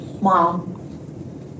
mom